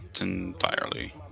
entirely